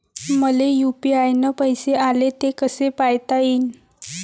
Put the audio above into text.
मले यू.पी.आय न पैसे आले, ते कसे पायता येईन?